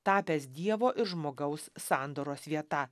tapęs dievo ir žmogaus sandoros vieta